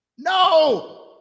no